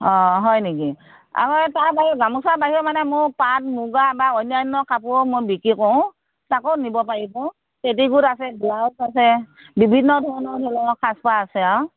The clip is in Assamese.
অ হয় নেকি আৰু তাত এই গামোচাৰ বাহিৰেও মানে মোৰ পাট মুগা বা অন্যান্য কাপোৰো মই বিক্ৰী কৰোঁ তাকো নিব পাৰিব পেটিকোট আছে ব্লাউজ আছে বিভিন্ন ধৰণৰ ধৰি লওক সাজ পাৰ আছে আৰু